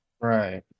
Right